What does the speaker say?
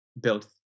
built